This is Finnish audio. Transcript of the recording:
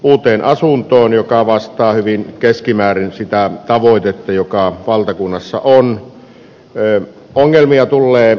uuteen asuntoon joka vastaa hyvin keskimäärin sitä aloitetta joka on valtakunnassa on jälleen ongelmia tullee